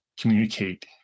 communicate